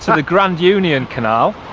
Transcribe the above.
so the grand union canal.